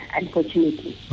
unfortunately